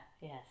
yes